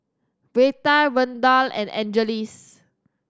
Reta Randall and Angeles